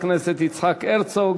חבר הכנסת יצחק הרצוג,